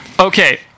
Okay